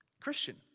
Christian